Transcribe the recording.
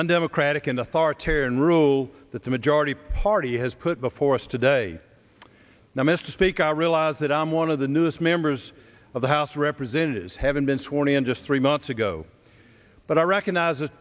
undemocratic and authoritarian rule that the majority party has put before us today now mr speaker i realize that i'm one of the newest members of the house of representatives i've been sworn in just three months ago but i recognize it